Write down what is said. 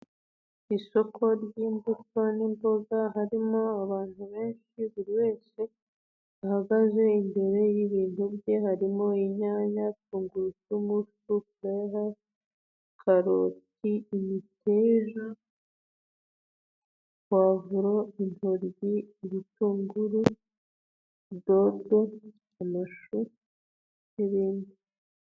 Isoko ry'imbuto n'imboga, harimo abantu benshi, buri wese ahagaze imbere y'ibintu bye, harimo inyanya, tungurusumu, shufurere, karoti, imiteja, pavuro, intoryi, urutunguru, dodo, amashu n'ibindi.